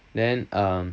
then um